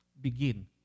Begin